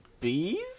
bees